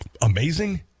Amazing